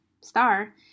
star